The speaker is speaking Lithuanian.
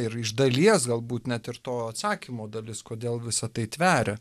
ir iš dalies galbūt net ir to atsakymo dalis kodėl visa tai tveria